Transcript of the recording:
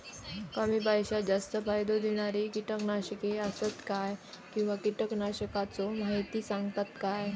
कमी पैशात जास्त फायदो दिणारी किटकनाशके आसत काय किंवा कीटकनाशकाचो माहिती सांगतात काय?